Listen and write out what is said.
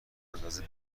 اندازه